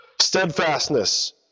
Steadfastness